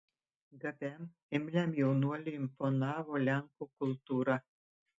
gabiam imliam jaunuoliui imponavo lenkų kultūra